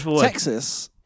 Texas